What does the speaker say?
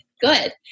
good